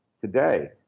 today